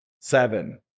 seven